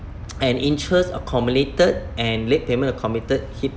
and interest accumulated and late payment accumulated he